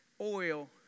oil